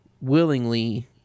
willingly